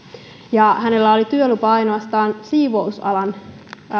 ja hänellä oli työlupa ainoastaan siivousalan